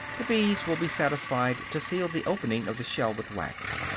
the bees will be satisfied to seal the opening of the shell with wax.